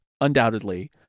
undoubtedly